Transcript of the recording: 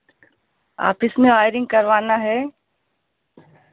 office में wiring करवाना है